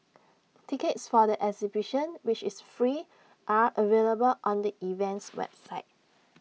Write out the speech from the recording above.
tickets for the exhibition which is free are available on the event's website